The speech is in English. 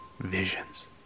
Visions